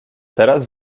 teraz